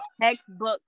Textbook